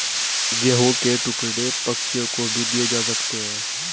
गेहूं के टुकड़े पक्षियों को भी दिए जा सकते हैं